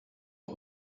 aux